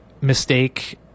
mistake